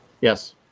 Yes